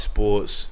Sports